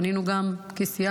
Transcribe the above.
פנינו גם כסיעה,